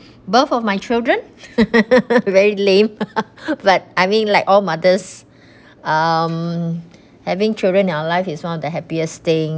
both of my children very lame but I mean like all mothers um having children in our life is one of the happiest thing